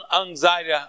anxiety